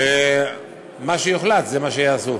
ומה שיוחלט זה מה שיעשו.